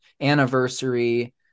anniversary